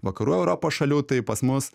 vakarų europos šalių tai pas mus